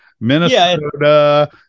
Minnesota